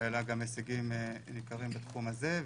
היו לה גם הישגים ניכרים בתחום הזה,